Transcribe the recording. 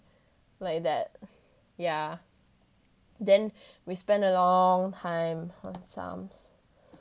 like that ya then we spent a long time on psalms